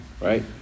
Right